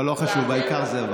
אבל זה לא חשוב, העיקר שזה עבר.